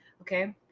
Okay